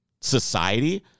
society